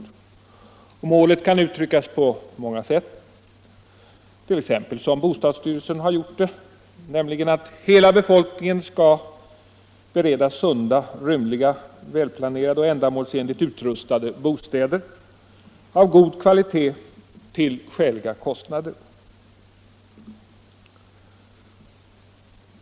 Detta mål kan uttryckas på många sätt, t.ex. så som bostadsstyrelsen har gjort, nämligen att hela befolkningen skall beredas sunda, rymliga, välplanerade och ändamålsenligt utrustade bostäder av god kvalitet till skäliga kostnader.